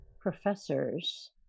professors